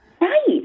Right